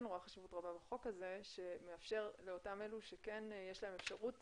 רבה בחוק הזה שמאפשר לאותם אלו שכן יש להם אפשרות